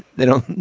they don't.